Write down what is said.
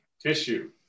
tissue